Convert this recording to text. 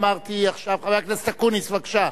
חבר הכנסת אקוניס, בבקשה.